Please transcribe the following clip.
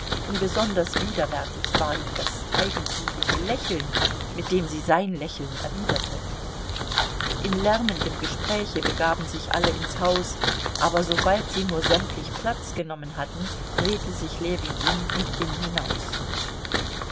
und besonders widerwärtig war ihm das eigentümliche lächeln mit dem sie sein lächeln erwiderte in lärmendem gespräche begaben sich alle ins haus aber sobald sie nur sämtlich platz genommen hatten drehte sich ljewin um und ging hinaus